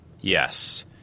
Yes